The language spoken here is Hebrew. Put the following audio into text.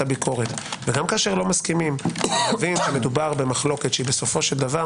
הביקורת וגם כשלא מסכימים - להבין שמדובר במחלוקת שהיא בסופו של דבר